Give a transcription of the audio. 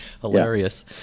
Hilarious